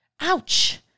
Ouch